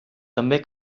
també